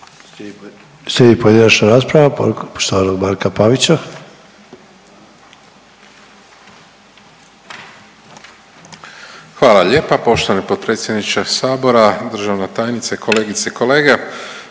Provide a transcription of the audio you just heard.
Slijedi pojedinačna rasprava poštovanog Marka Pavića. **Pavić, Marko (HDZ)** Hvala lijepa poštovani potpredsjedniče sabora, državna tajnice, kolegice i kolege.